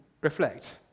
reflect